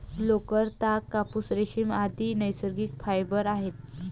लोकर, ताग, कापूस, रेशीम, आदि नैसर्गिक फायबर आहेत